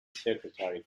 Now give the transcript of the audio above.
secretary